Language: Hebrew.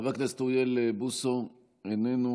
חבר הכנסת אוריאל בוסו, איננו.